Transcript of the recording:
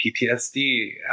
PTSD